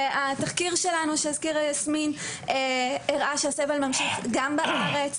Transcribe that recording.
התחקיר שלנו שהזכירה יסמין הראה שהסבל ממשיך גם בארץ,